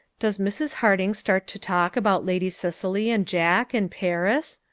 does mrs. harding start to talk about lady cicely and jack, and paris?